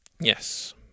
Yes